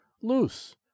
loose